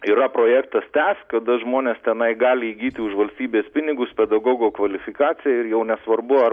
yra projektas tęsk kada žmonės tenai gali įgyti už valstybės pinigus pedagogo kvalifikaciją ir jau nesvarbu ar